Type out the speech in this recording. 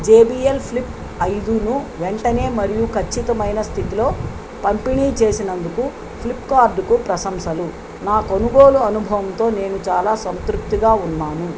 JBL Flip ఐదును వెంటనే మరియు ఖచ్చితమైన స్థితిలో పంపిణీ చేసినందుకు ఫ్లిప్కార్ట్కు ప్రశంసలు నా కొనుగోలు అనుభవంతో నేను చాలా సంతృప్తిగా ఉన్నాను